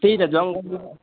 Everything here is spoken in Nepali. त्यही त जङ्गलमा